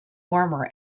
warmer